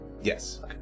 Yes